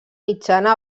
mitjana